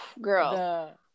girl